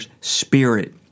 spirit